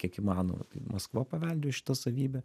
kiek įmanoma maskva paveldėjo šita savybę